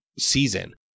season